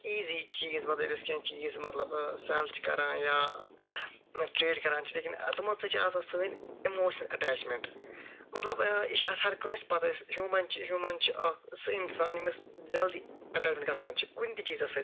easy چیٖز مطلب ییٚلہِ أسۍ کیٚنہہ چیٖز مطلب سٮ۪ل چھِ کران یا ٹریڈ کران چھِ لٮ۪کِن تمَو سۭتۍ چھِ آسان سٲنۍ اِموشَن اٮ۪ٹٮ۪چمٮ۪نٹ مطلب یہِ چھِ اکھ ہَر کٲنسہِ پَتہٕ کہِ ہوٗمَن ہوٗمَن چھُ اکھ سُہ اِنسان ییٚمِس جَلدی اٮ۪ٹٮ۪چمٮ۪نٹ گژھان چھِ کُنہِ تہِ چیٖزَس سۭتۍ